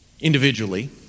individually